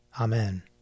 Amen